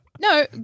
No